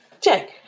check